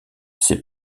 ses